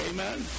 Amen